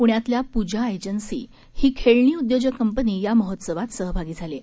पुण्यातल्या पूजा एजन्सी ही खेळणी उद्योजक कंपनी या महोत्सवात सहभागी झाली आहे